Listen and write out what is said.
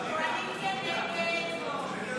הסתייגות זו